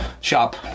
Shop